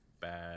Bad